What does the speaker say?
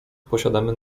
posiadamy